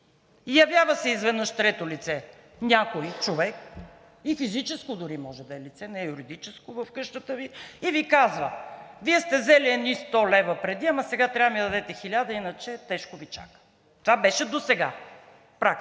Явява се изведнъж трето лице, някой човек, и физическо може да е лице, не юридическо в къщата Ви и Ви казва – Вие сте взели едни 100 лв. преди, но сега трябва да ми дадете 1000 лв., иначе тежко Ви чака. Това беше досега практиката.